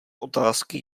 otázky